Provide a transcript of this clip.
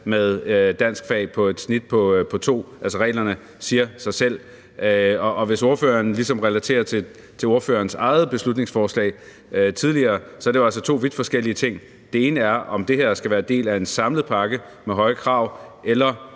9. klasse med et snit på 02. Altså, reglerne siger sig selv. Og hvis ordføreren ligesom relaterer til sit eget beslutningsforslag tidligere, er der jo altså tale om to vidt forskellige ting. Den ene er, om det her skal være en del af en samlet pakke med høje krav, og